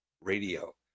Radio